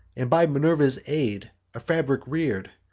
and by minerva's aid a fabric rear'd,